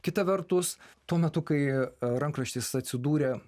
kita vertus tuo metu kai rankraštis atsidūrė